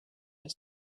his